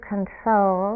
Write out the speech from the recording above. control